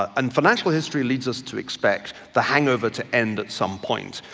ah and financial history leads us to expect the hangover to end at some point.